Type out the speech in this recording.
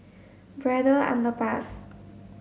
Braddell Underpass